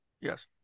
Yes